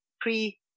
pre